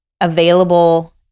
available